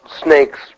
snakes